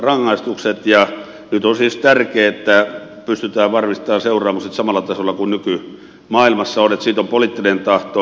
nyt on siis tärkeätä että pystytään varmistamaan seuraamukset samalla tasolla kuin nykymaailmassa on että siitä on poliittinen tahto